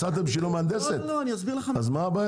אז מה?